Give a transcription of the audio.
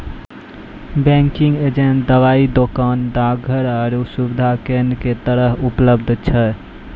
banking agent दबाइ दोकान, डाकघर आरु सुविधा केन्द्रो के तरह उपलब्ध छै